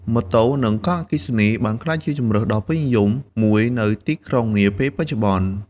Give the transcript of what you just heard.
ម៉ូតូនិងកង់អគ្គិសនីបានក្លាយជាជម្រើសដ៏ពេញនិយមមួយនៅក្នុងទីក្រុងនាពេលបច្ចុប្បន្ន។